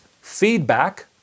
feedback